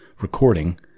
recording